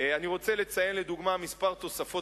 אני רוצה לציין לדוגמה כמה תוספות